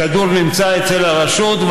הכדור נמצא אצל הרשות,